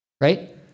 right